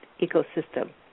ecosystem